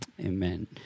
amen